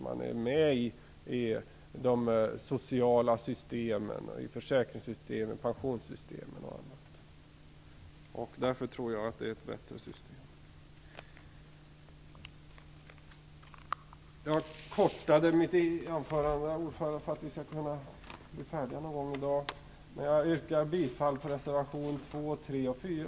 Man är med i de sociala systemen, försäkringssystemet, pensionssystemet och annat. Därför tror jag att det är ett bättre system. Fru talman! Jag kortade mitt anförande för att vi skall kunna bli färdiga någon gång i dag. Men jag yrkar åtminstone bifall till reservationerna 2, 3 och 4.